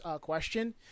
question